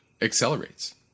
accelerates